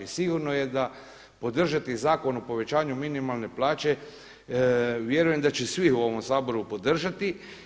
I sigurno da je podržati Zakon o povećanju minimalne plaće vjerujem da će svi u ovom Saboru podržati.